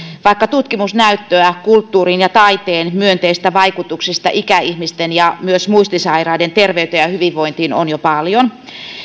vaikka tutkimusnäyttöä kulttuurin ja taiteen myönteisistä vaikutuksista ikäihmisten ja myös muistisairaiden terveyteen ja hyvinvointiin on jo paljon